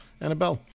annabelle